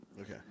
Okay